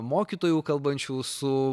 mokytojų kalbančių su